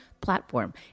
platform